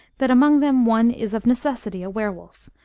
that among them one is of necessity a were-wolf,